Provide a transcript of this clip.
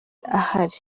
ahari